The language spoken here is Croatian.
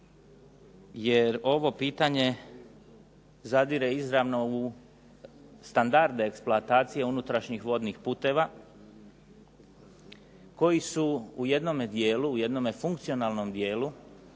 jer ovo pitanje zadire u standarde eksploatacije unutrašnjih vodnih putova koji su u jednom funkcionalnom dijelu